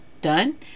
done